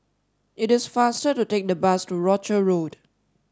it is faster to take the bus to Rochor Road